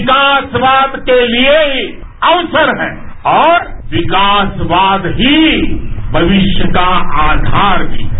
विकासवाद के लिए ही अवसर हैं और विकासवाद ही भविष्य का आधार भी है